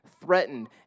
threatened